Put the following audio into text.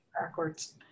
backwards